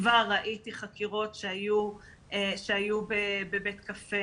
כבר ראיתי חקירות שהיו בבית קפה